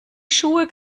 schuhe